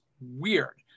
weird